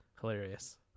hilarious